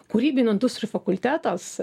kūrybinių industrijų fakultetas